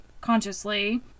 consciously